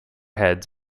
heads